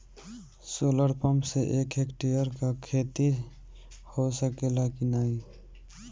Solar pump से एक hectare क खेती हो सकेला की नाहीं?